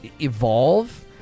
evolve